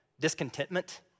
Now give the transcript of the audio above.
discontentment